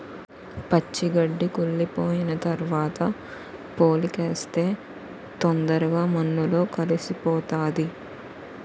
పచ్చి గడ్డి కుళ్లిపోయిన తరవాత పోలికేస్తే తొందరగా మన్నులో కలిసిపోతాది